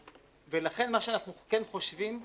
ולכן מה שאנחנו כן חושבים,